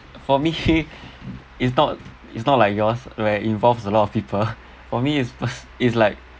for me it's not it's not like yours where involves a lot of people for me is is like